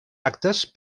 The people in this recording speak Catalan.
actes